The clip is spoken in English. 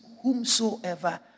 Whomsoever